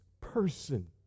person